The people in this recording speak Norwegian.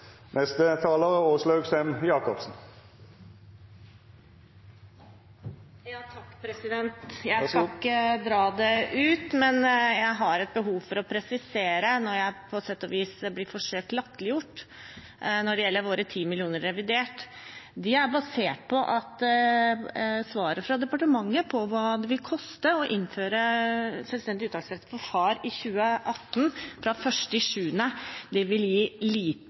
neste talar er Åslaug Sem-Jacobsen. Jeg skal ikke dra det ut, men jeg har et behov for å presisere når jeg på sett og vis blir forsøkt latterliggjort når det gjelder våre 10 mill. kr i revidert, at de er basert på svaret fra departementet om hva det ville koste å innføre selvstendig uttaksrett for far fra 1. juli 2018. Det ville gi